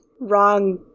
wrong